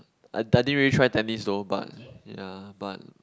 I didn't really try tennis though but ya but